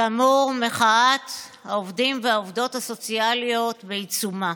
כאמור, מחאת העובדים והעובדות הסוציאליות בעיצומה.